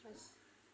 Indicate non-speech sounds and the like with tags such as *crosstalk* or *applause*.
*unintelligible*